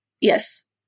Yes